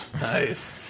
nice